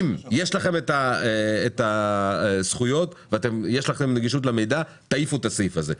אם יש לכם את הזכויות ויש לכם נגישות למידע תעיפו את הסעיף הזה,